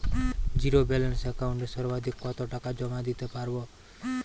Zero balance একাউন্টে সর্বাধিক কত টাকা জমা দিতে পারব?